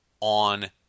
on